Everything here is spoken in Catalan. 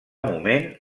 moment